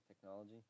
Technology